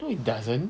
no it doesn't